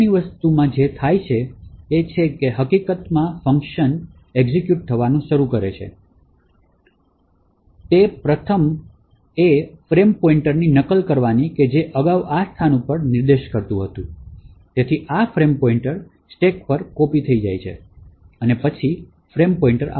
આગળની વસ્તુ જે થાય છે તે એ છે કે હકીકત ફંક્શન એક્ઝિક્યુટ થવાનું શરૂ થાય છે તેથી જે થાય છે તે પ્રથમ વસ્તુ એ ફ્રેમ પોઇન્ટરની નકલ કરવાની છે જે અગાઉ આ સ્થાન પર નિર્દેશ કરતું હતું તેથી આ ફ્રેમ પોઇન્ટર સ્ટેક પર કોપી થઈ જાય છે અને પછી ફ્રેમ પોઇન્ટર છે